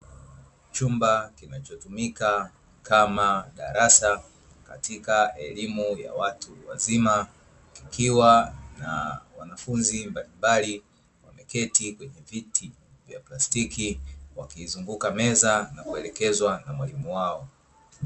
Chumba kinachotumika kama darasa katika elimu ya watu wazima, likiwa na wanafunzi mbalimbali wameketi kwenye viti vya plastiki wakiizunguka meza na kuelekazwa na mwalimu wao.